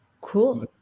Cool